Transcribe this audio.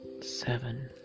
Seven